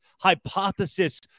Hypothesis